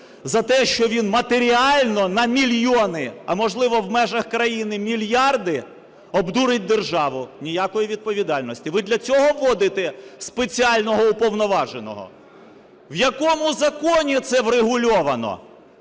за те, що він матеріально на мільйони, а, можливо, в межах країни на мільярди обдурить державу. Ніякої відповідальності. Ви для цього вводите спеціального уповноваженого? В якому законі це врегульовано?